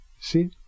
See